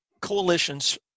coalitions